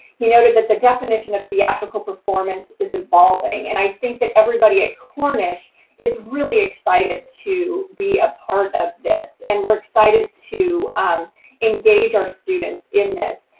he noted that the definition of theatrical performance is evolving, and i think that everybody at cornish is really excited to be a part of this, and we're excited to engage our students in this.